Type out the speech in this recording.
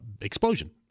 explosion